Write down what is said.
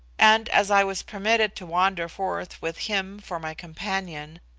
and as i was permitted to wander forth with him for my companion,